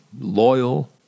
loyal